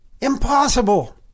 Impossible